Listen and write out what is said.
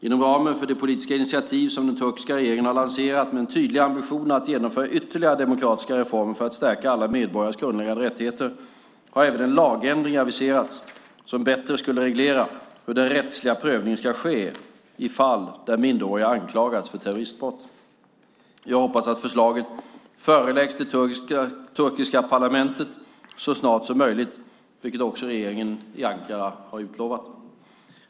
Inom ramen för det politiska initiativ som den turkiska regeringen har lanserat med en tydlig ambition att genomföra ytterligare demokratiska reformer för att stärka alla medborgares grundläggande rättigheter har även en lagändring aviserats som bättre skulle reglera hur den rättsliga prövningen ska ske i fall där minderåriga anklagas för terroristbrott. Jag hoppas att förslaget föreläggs det turkiska parlamentet så snart som möjligt, vilket också regeringen i Ankara har utlovat.